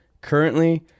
currently